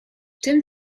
tym